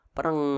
Parang